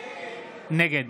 נגד